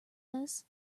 this